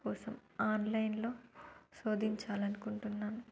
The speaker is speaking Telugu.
కోసం ఆన్లైన్లో శోధించాలనుకుంటున్నాను